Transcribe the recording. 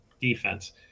defense